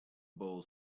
ball